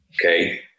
okay